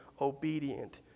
Obedient